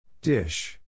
Dish